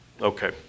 okay